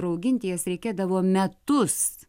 rauginti jas reikėdavo metus